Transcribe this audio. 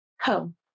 home